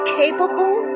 capable